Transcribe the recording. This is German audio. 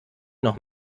noch